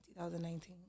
2019